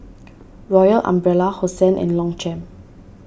Royal Umbrella Hosen and Longchamp